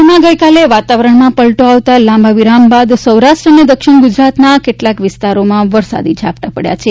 રાજ્યમાં ગઇકાલે વાતાવરણમાં પલટો આવતા લાંબા વિરામ બાદ સૌરાષ્ટ્ર અને દક્ષિણ ગુજરાતના કેટલાક વિસ્તારોમાં વરસાદી ઝાપટા પડયા છે